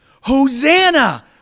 Hosanna